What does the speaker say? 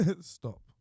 Stop